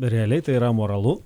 realiai tai yra amoralu